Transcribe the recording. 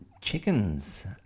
chickens